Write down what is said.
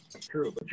true